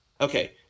Okay